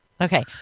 Okay